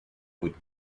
would